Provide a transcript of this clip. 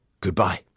Goodbye